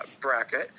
bracket